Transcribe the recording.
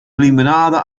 limonade